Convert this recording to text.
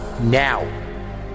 now